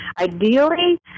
ideally